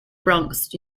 bronx